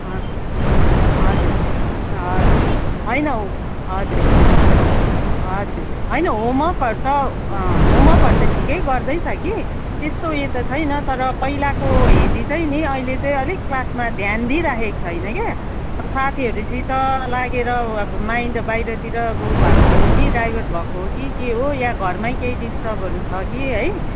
अँ हजुर हजुर होइन हजुर हजुर होइन होमवर्कहरू त होमवर्कहरू त ठिकै गर्दैछ कि त्यस्तो ऊ यो त छैन तर पहिलाको हेरी चाहिँ नि अहिले चाहिँ अलिक क्लासमा ध्यान दिइराखेको छैन क्या अब साथीहरू सित लागेर अब माइन्ड बाहिरतिर ऊ भएको हो कि डाइभर्ट भएको हो कि के हो या घरमै केही डिस्टर्बहरू छ कि है